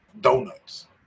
donuts